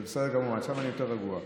זה בסדר גמור, עכשיו אני יותר רגוע.